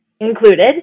included